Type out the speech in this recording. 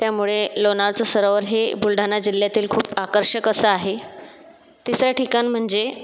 त्यामुळे लोणारचं सरोवर हे बुलढाणा जिल्ह्यातील खूप आकर्षक असं आहे तिसरं ठिकाण म्हणजे